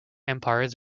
empires